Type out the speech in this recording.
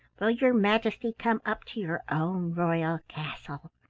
will your majesty come up to your own royal castle?